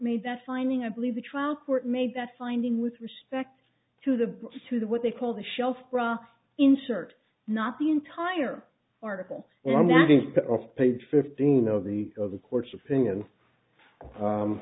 made that finding i believe the trial court made that finding with respect to the to the what they call the shelf bra insert not the entire article or that instead of page fifteen of the of the court's opinion